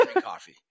coffee